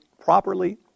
properly